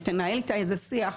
שתנהל איתה איזה שיח,